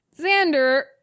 xander